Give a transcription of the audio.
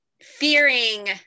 fearing